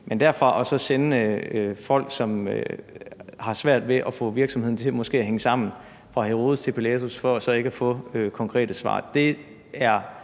i – men at sende folk, som måske har svært ved at få virksomheden til at hænge sammen, fra Herodes til Pilatus for så ikke at få konkrete svar,